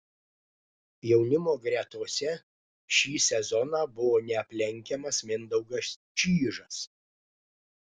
jaunimo gretose šį sezoną buvo neaplenkiamas mindaugas čyžas